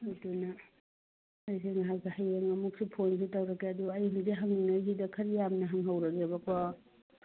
ꯑꯗꯨꯅ ꯑꯩꯁꯦ ꯉꯥꯏꯍꯥꯛ ꯍꯌꯦꯡ ꯑꯃꯨꯛꯁꯨ ꯐꯣꯟꯁꯦ ꯇꯧꯔꯛꯀꯦ ꯑꯗꯨ ꯑꯩ ꯍꯧꯖꯤꯛ ꯍꯪꯂꯤꯉꯩꯁꯤꯗ ꯈꯔ ꯌꯥꯝꯅ ꯍꯪꯍꯧꯔꯒꯦꯕꯀꯣ